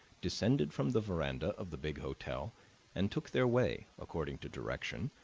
descended from the veranda of the big hotel and took their way, according to direction,